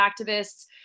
activists